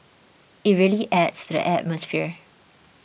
it really adds to the atmosphere